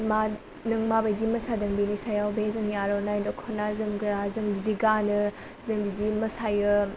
मा नों माबादि मोसादों बेनि सायाव बे जोंनि आर'नाइ द'खना जोमग्रा जों बिदि गानो जों बिदि मोसायो